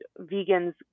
vegans